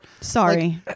Sorry